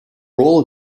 role